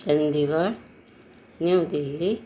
Chandigarh New Delhi